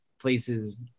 places